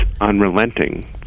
unrelenting